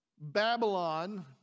Babylon